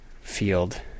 field